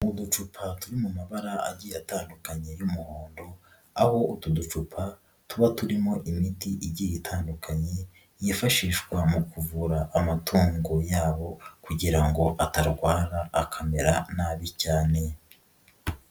Uducupa turi mu mabara abiri atandukanye y'umuhondo, aho utu ducupa tuba turimo igiye itandukanye yifashishwa mu kuvura amatungo yabo kugira ngo atarwara akamera nabi cyane.